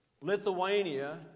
Lithuania